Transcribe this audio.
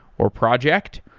or project.